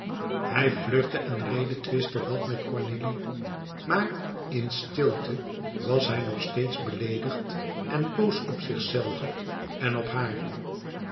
hij flirtte en redetwistte wat met cornélie maar in stilte was hij nog steeds beleedigd en boos op zichzelven en op haar